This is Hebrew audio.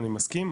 אני מסכים,